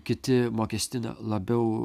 kiti mokestina labiau